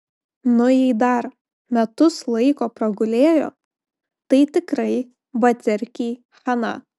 nu jei dar metus laiko pragulėjo tai tikrai baterkei chana